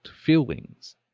feelings